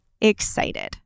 excited